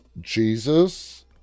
Jesus